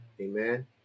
amen